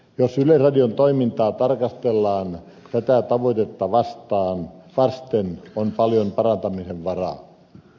jos yleisradion toimintaa tarkastellaan tätä tavoitetta vasten on paljon parantamisen varaa